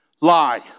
Lie